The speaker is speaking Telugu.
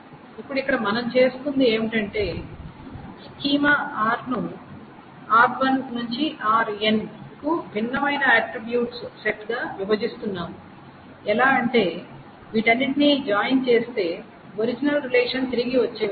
ఇప్పుడు ఇక్కడ మనం చేస్తున్నది ఏమిటంటే మనం స్కీమా R ను R1 నుండి Rn కు భిన్నమైన ఆట్రిబ్యూట్స్ సెట్ గా విభజిస్తున్నాము ఎలా అంటే వీటన్నిటిని జాయిన్ చేస్తే ఒరిజినల్ రిలేషన్ తిరిగి వచ్చే విధంగా